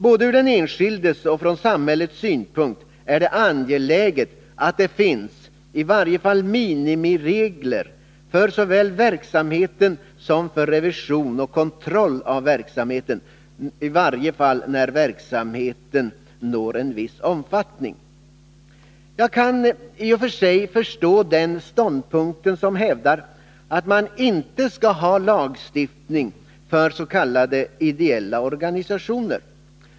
Både från den enskildes och från samhällets synpunkt är det angeläget att det finns i varje fall minimiregler för såväl verksamheten som för revision och kontroll av verksamheten, när verksamheten når en viss omfattning. Jag kan i och för sig föstå dem som hävdar ståndpunkten”att man inte skall ha någon lagstiftning förs.k. ideella organisationer.